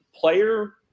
player